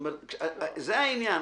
זה העניין,